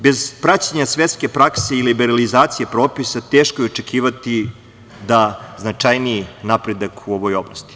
Bez praćenja svetske prakse i liberalizacije propisa, teško je očekivati značajniji napredak u ovoj oblasti.